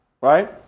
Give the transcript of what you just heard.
Right